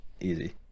easy